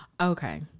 Okay